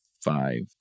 five